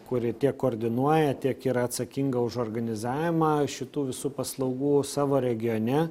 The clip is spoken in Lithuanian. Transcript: kuri tiek koordinuoja tiek yra atsakinga už organizavimą šitų visų paslaugų savo regione